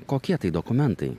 kokie tai dokumentai